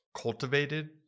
cultivated